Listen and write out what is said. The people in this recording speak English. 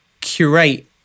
curate